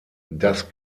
das